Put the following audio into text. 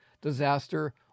disaster